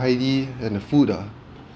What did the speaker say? ~dy and the food ah